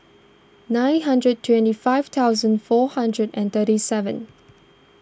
nine hundred twenty five thousand four hundred and thirty seven